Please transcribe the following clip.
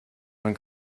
man